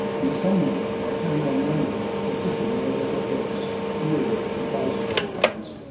and descending them while hanging on manually to a system of overhead ropes jury-rigged from the balustrade bars.